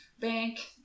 Bank